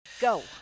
Go